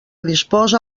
disposa